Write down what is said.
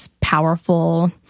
powerful